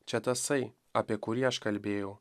čia tasai apie kurį aš kalbėjau